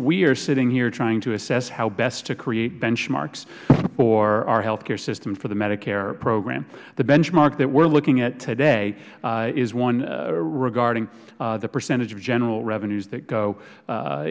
we are sitting here trying to assess how best to create benchmarks for our health care system for the medicare program the benchmark that we're looking at today is one regarding the percentage of general revenues that go